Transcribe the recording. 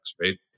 right